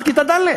עד כיתה ד'.